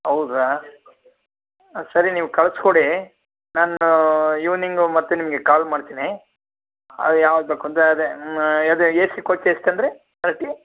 ಹೌದಾ ಹಾಂ ಸರಿ ನೀವು ಕಳ್ಸಿ ಕೊಡಿ ನಾನು ಈವ್ನಿಂಗು ಮತ್ತೆ ನಿಮಗೆ ಕಾಲ್ ಮಾಡ್ತೀನಿ ಅದು ಯಾವ್ದ ಬೇಕು ಅಂತ ಅದೆ ಅದೆ ಎಸಿ ಕೋಚ್ ಎಷ್ಟು ಅಂದ್ರಿ ತರ್ಟಿ